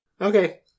Okay